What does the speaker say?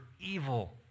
evil